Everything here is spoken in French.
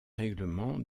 règlement